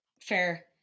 Fair